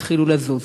יתחילו לזוז.